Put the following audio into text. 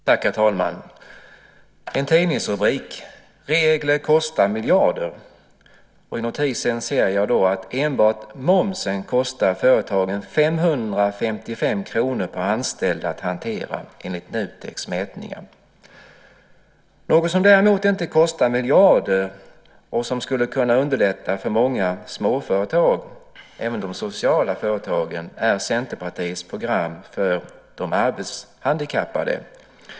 Herr talman! En tidningsrubrik är "Regler kostar miljarder", och i notisen ser jag att enbart momsen kostar företagen 555 kr per anställd att hantera, enligt Nuteks mätningar. Något som däremot inte kostar miljarder och som skulle kunna underlätta för många småföretag, även de sociala företagen, är Centerpartiets program för de arbetshandikappade.